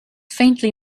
faintly